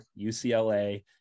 UCLA